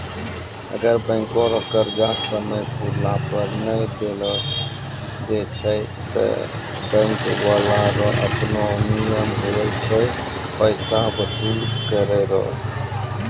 अगर बैंको रो कर्जा समय पुराला पर नै देय छै ते बैंक बाला रो आपनो नियम हुवै छै पैसा बसूल करै रो